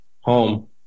home